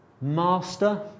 Master